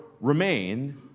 remain